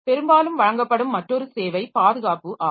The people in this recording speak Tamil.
பெரும்பாலும் வழங்கப்படும் மற்றொரு சேவை பாதுகாப்பு ஆகும்